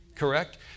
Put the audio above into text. Correct